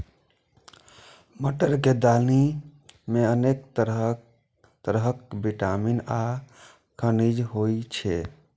मटर के दालि मे अनेक तरहक विटामिन आ खनिज होइ छै